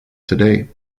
today